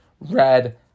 red